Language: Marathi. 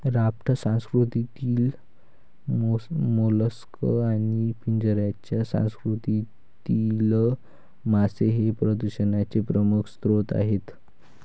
राफ्ट संस्कृतीतील मोलस्क आणि पिंजऱ्याच्या संस्कृतीतील मासे हे प्रदूषणाचे प्रमुख स्रोत आहेत